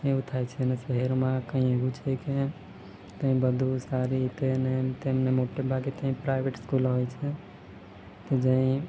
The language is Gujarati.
એવું થાય છે ને શહેરમાં કંઈ એવું છે કે ત્યાં બધું સારી રીતે ને એમ તેમને મોટે ભાગે ત્યાં પ્રાઇવેટ સ્કૂલો હોય છે તે જ્યાં